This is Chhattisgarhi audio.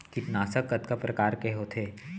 कीटनाशक कतका प्रकार के होथे?